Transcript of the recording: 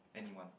anyone